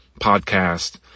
podcast